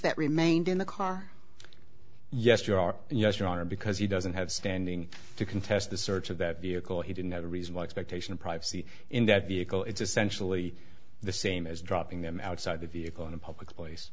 that remained in the car yes you are yes your honor because he doesn't have standing to contest the search of that vehicle he didn't have a reasonable expectation of privacy in that vehicle it's essentially the same as dropping them outside the vehicle in a public place